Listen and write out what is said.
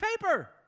paper